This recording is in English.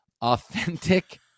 authentic